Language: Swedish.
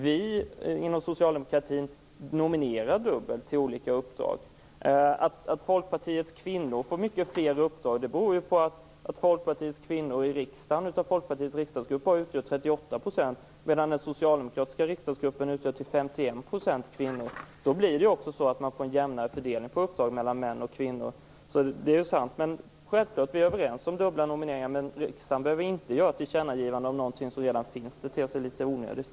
Vi inom socialdemokratin nominerar dubbelt till olika uppdrag. Att Folkpartiets kvinnor får mycket fler uppdrag beror ju på att kvinnorna i Folkpartiets riksdagsgrupp bara utgör 38 %, medan Socialdemokraternas riksdagsgrupp utgörs av 51 % kvinnor. På det sättet blir det ju också en jämnare fördelning av uppdrag mellan män och kvinnor, så det är ju sant. Självfallet är vi överens om dubbla nomineringar. Men riksdagen behöver inte göra ett tillkännagivande av någonting som redan finns. Det ter sig litet onödigt.